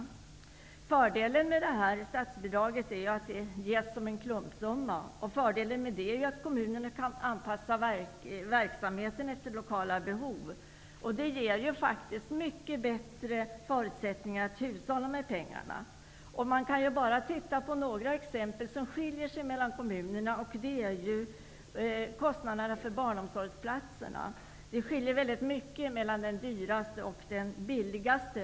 Fördelen med detta statsbidrag är att det ges som en klumpsumma. Och fördelen med det är att kommunerna kan anpassa verksamheten efter lokala behov. Det ger faktiskt mycket bättre förutsättningar att hushålla med pengarna. Man kan titta på några exempel som skiljer sig mellan kommunerna. Det gäller kostnaderna för barnomsorgsplatserna. Det skiljer väldigt mycket mellan den dyraste och den billigaste.